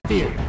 Fear